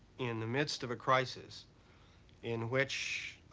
in the midst of a crisis in which